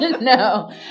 no